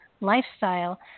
lifestyle